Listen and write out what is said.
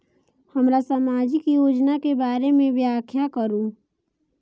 हमरा सामाजिक योजना के बारे में व्याख्या करु?